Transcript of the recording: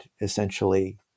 essentially